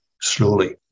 slowly